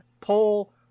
pull